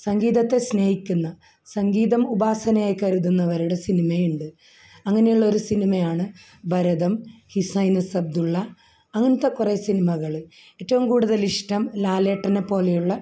സംഗീതത്തെ സ്നേഹിക്കുന്ന സംഗീതം ഉപാസനയായി കരുതുന്നവരുടെ സിനിമയുണ്ട് അങ്ങനെയുള്ള ഒരു സിനിമയാണ് ഭരതം ഹിസ്ഹൈനസ് അബ്ദുള്ള അങ്ങനത്തെ കുറെ സിനിമകൾ ഏറ്റവും കൂടുതൽ ഇഷ്ടം ലാലേട്ടനെ പോലെയുള്ള